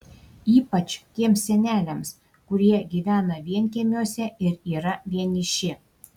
ypač tiems seneliams kurie gyvena vienkiemiuose ir yra vieniši